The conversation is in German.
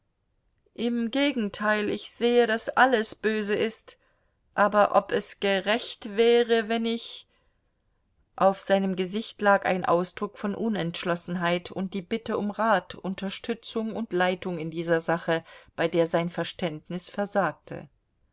im gegenteil ich sehe daß alles böse ist aber ob es gerecht wäre wenn ich auf seinem gesicht lag ein ausdruck von unentschlossenheit und die bitte um rat unterstützung und leitung in dieser sache bei der sein verständnis versagte